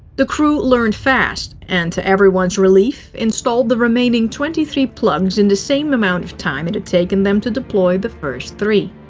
the crew learned fast, and, to everyone's relief, installed the remaining twenty three plugs in the same amount of time it had taken them to deploy the first three.